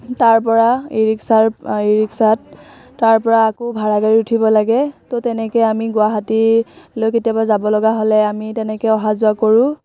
তাৰপৰা ই ৰিক্সাত ই ৰিক্সাত তাৰপৰা আকৌ ভাড়া গাড়ীত উঠিব লাগে ত' তেনেকে আমি গুৱাহাটীলৈ কেতিয়াবা যাব লগা হ'লে আমি তেনেকে অহা যোৱা কৰোঁ